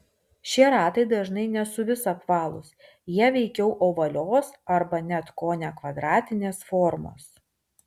šie ratai dažnai ne suvis apvalūs jie veikiau ovalios arba net kone kvadratinės formos